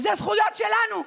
אלה זכויות שלנו.